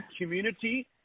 community